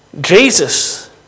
Jesus